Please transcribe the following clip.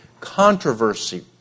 controversy